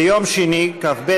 ביום שני, כ"ב